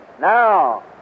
Now